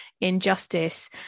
injustice